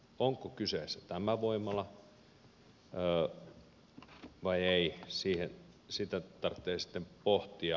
onko kyseessä tämä voimala vai ei sitä tarvitsee sitten pohtia